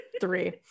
three